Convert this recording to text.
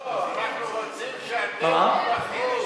לא, אנחנו רוצים שאתם תיבחרו.